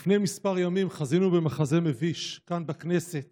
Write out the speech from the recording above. לפני כמה ימים חזינו במחזה מביש כאן בכנסת